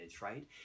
right